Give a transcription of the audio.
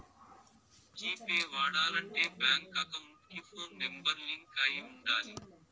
G pay వాడాలంటే bank account కి phone number link అయి ఉండాలి